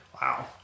Wow